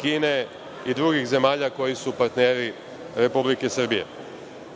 Kine i drugih zemalja koji su partneri Republike Srbije. Što